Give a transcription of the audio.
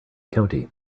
county